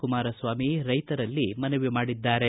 ಕುಮಾರಸ್ವಾಮಿ ರೈತರಲ್ಲಿ ಮನವಿ ಮಾಡಿದ್ದಾರೆ